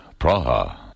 Praha